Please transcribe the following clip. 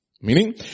meaning